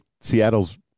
Seattle's